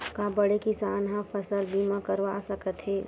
का बड़े किसान ह फसल बीमा करवा सकथे?